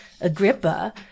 Agrippa